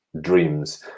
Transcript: dreams